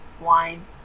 Wine